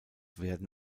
werden